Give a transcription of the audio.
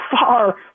far